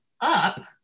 up